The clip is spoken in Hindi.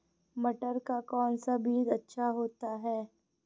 मटर का कौन सा बीज अच्छा होता हैं?